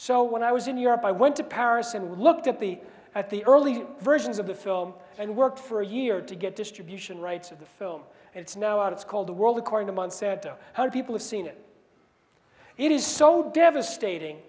so when i was in europe i went to paris and looked at the at the early versions of the film and worked for a year to get distribution rights of the film it's now out it's called the world according to months at a hundred people have seen it it is so devastating